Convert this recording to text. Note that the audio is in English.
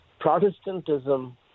Protestantism